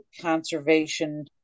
conservation